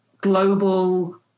global